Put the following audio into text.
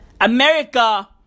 America